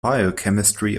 biochemistry